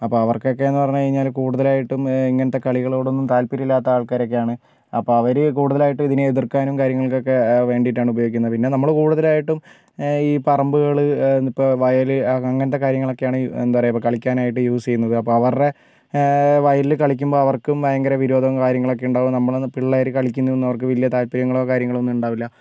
അപ്പം അവർക്കൊക്കെ എന്ന് പറഞ്ഞു കഴിഞ്ഞാല് കൂടുതലായിട്ടും ഇങ്ങനത്തെ കളികളോട് ഒന്നും താല്പര്യമില്ലാത്ത ആളുകളാണ് അപ്പോൾ ഇവര് കൂടുതലായിട്ട് ഇതിനെ എതിർക്കാനും കാര്യങ്ങൾക്ക് ഒക്കെ വേണ്ടിട്ടാണ് ഉപയോഗിക്കുന്നത് പിന്നെ നമ്മൾ കൂടുതലായിട്ടും ഈ പറമ്പുകള് ഇപ്പം വയല് അങ്ങനത്തെ കാര്യങ്ങൾ ഒക്കെയാണ് ഇപ്പം എന്താ പറയുക കളിക്കാനായിട്ട് യൂസ് ചെയ്യുന്നത് അപ്പോൾ അവരുടെ വയലിൽ കളിക്കുമ്പോൾ അവർക്കും ഭയങ്കര വിരോധം കാര്യങ്ങൾ ഒക്കെ ഉണ്ട് നമ്മൾ പിള്ളേര് കളിക്കുന്നത് ഒന്നും അവർക്ക് വലിയ താൽപര്യമോ കാര്യങ്ങളോ ഉണ്ടാകില്ല